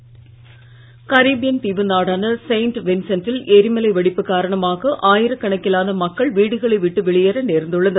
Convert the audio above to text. எரிமலை கரீபியன் தீவு நாடான செயின்ட் வின்சென்டில் எரிமலை வெடிப்பு காரணமாக ஆயிர கணக்கிலான மக்கள் வீடுகளை விட்டு வெளியேற நேர்ந்துள்ளது